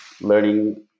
learning